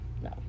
No